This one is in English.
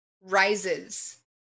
rises